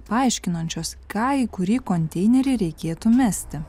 paaiškinančios ką į kurį konteinerį reikėtų mesti